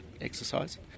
exercise